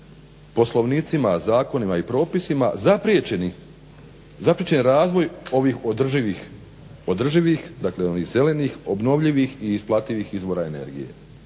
poslovnicima, zakonima i propisima zapriječeni razvoj ovih održivih, dakle onih zelenih, obnovljivih i isplativih izvora energije.